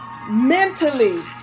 Mentally